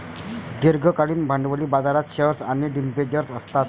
दीर्घकालीन भांडवली बाजारात शेअर्स आणि डिबेंचर्स असतात